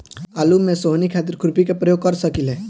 आलू में सोहनी खातिर खुरपी के प्रयोग कर सकीले?